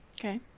Okay